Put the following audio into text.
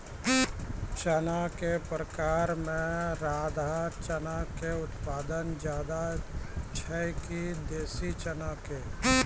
चना के प्रकार मे राधा चना के उत्पादन ज्यादा छै कि देसी चना के?